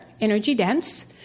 energy-dense